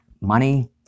money